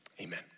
Amen